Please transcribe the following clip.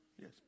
Yes